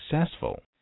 successful